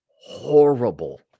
horrible